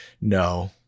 No